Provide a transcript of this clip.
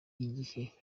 igihe